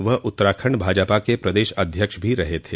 वह उत्तराखंड भाजपा के प्रदेश अध्यक्ष भी रहे थे